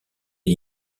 est